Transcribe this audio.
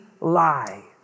lie